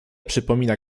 przypomina